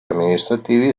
amministrativi